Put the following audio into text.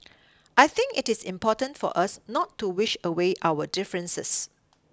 I think it is important for us not to wish away our differences